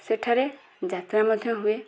ସେଠାରେ ଯାତ୍ରା ମଧ୍ୟ ହୁଏ